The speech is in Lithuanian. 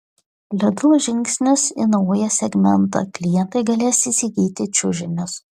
lidl žingsnis į naują segmentą klientai galės įsigyti čiužinius